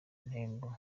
intego